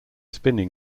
spinning